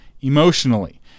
emotionally